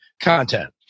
content